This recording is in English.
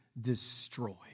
destroy